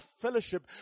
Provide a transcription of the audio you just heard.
fellowship